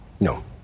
No